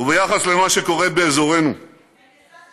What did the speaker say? וביחס למה שקורה באזורנו, רנסנס,